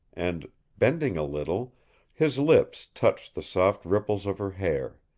and bending a little his lips touched the soft ripples of her hair.